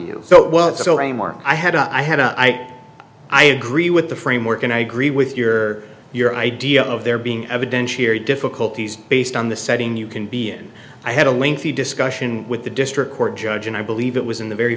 you so well it's a mark i had i had i i agree with the framework and i agree with your your idea of there being evidentiary difficulties based on the setting you can be in i had a lengthy discussion with the district court judge and i believe it was in the very